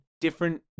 different